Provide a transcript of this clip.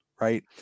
right